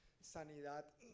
sanidad